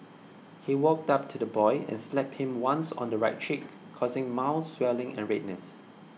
he walked up to the boy and slapped him once on the right cheek causing mouth swelling and redness